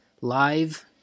live